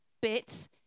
bit